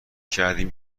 کردیم